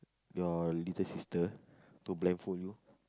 your little sister to blindfold you